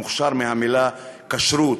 מוכשר מהמילה כשרות,